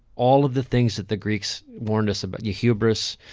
all of the things that the greeks warned us about your hubris,